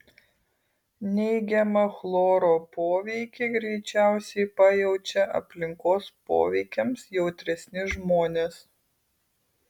neigiamą chloro poveikį greičiausiai pajaučia aplinkos poveikiams jautresni žmonės